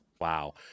Wow